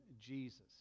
Jesus